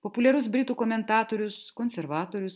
populiarus britų komentatorius konservatorius